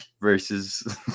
Versus